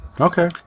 Okay